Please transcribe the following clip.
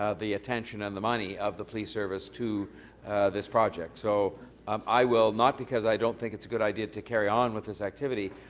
the attention and the money of the police service to this project. so i will not because i don't think it's a good idea to carry on with this activity,